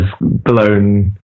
blown